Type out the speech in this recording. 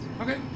Okay